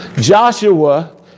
Joshua